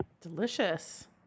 Delicious